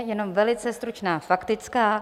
Jenom velice stručná faktická.